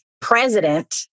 president